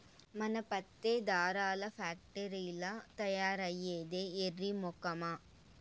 మన పత్తే దారాల్ల ఫాక్టరీల్ల తయారైద్దే ఎర్రి మొకమా